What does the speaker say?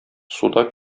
суда